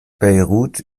beirut